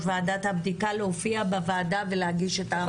ועדת הבדיקה להופיע בוועדה ולהגיש את ההמלצות.